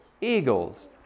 Eagles